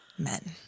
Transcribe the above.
men